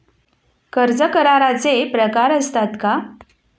कर्ज कराराचे प्रकार असतात का?